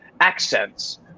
accents